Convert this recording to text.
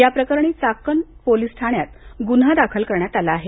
या प्रकरणी चाकण पोलीस ठाण्यात गुन्हा दाखल करण्यात आला आहे